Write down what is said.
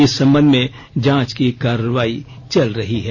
इस संबंध में जांच की कार्रवाई चल रही है